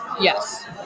Yes